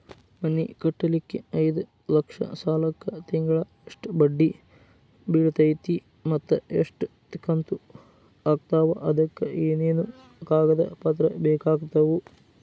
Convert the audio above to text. ಮನಿ ಕಟ್ಟಲಿಕ್ಕೆ ಐದ ಲಕ್ಷ ಸಾಲಕ್ಕ ತಿಂಗಳಾ ಎಷ್ಟ ಬಡ್ಡಿ ಬಿಳ್ತೈತಿ ಮತ್ತ ಎಷ್ಟ ಕಂತು ಆಗ್ತಾವ್ ಅದಕ ಏನೇನು ಕಾಗದ ಪತ್ರ ಬೇಕಾಗ್ತವು?